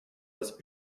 das